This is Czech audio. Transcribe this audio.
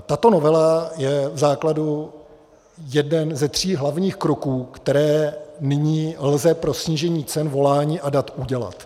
Tato novela je v základu jeden ze tří hlavních kroků, které nyní lze pro snížení cen volání a dat udělat.